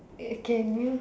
eh can you